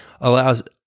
allows